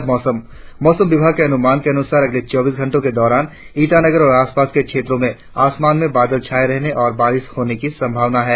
और अब मौसम मौसम विभाग के अनुमान के अनुसार अगले चौबीस घंटो के दौरान ईटानगर और आसपास के क्षेत्रो में आसमान में बादल छाये रहने और बारिश होने की संभावना है